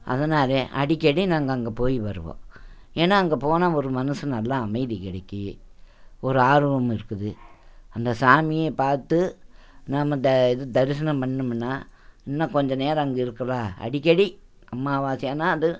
அதனாலே அடிக்கடி நாங்கள் அங்கே போய் வருவோம் ஏன்னா அங்கே போனால் ஒரு மனசு நல்லா அமைதி கிடைக்கி ஒரு ஆர்வம் இருக்குது அந்த சாமியை பார்த்து நம்ம த இது தரிசனம் பண்ணோம்னா இன்னும் கொஞ்சம் நேரம் அங இருக்கலாம் அடிக்கடி அம்மாவாசைனா அதுவும்